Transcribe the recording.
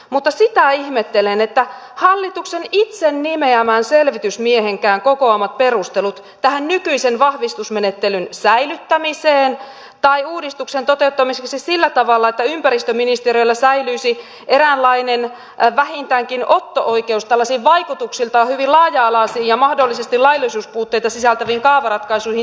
mutta sitä ihmettelen että eivät riitä hallituksen itse nimeämän selvitysmiehenkään kokoamat perustelut tähän nykyisen vahvistusmenettelyn säilyttämiseen tai uudistuksen toteuttamiseksi sillä tavalla että ympäristöministeriöllä säilyisi vähintäänkin eräänlainen otto oikeus tällaisiin vaikutuksiltaan hyvin laaja alaisiin ja mahdollisesti laillisuuspuutteita sisältäviin kaavaratkaisuihin